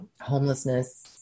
homelessness